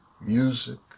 music